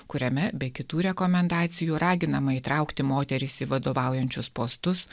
kuriame be kitų rekomendacijų raginama įtraukti moteris į vadovaujančius postus